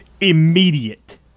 immediate